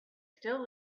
still